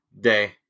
day